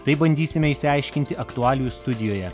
tai bandysime išsiaiškinti aktualijų studijoje